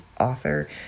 author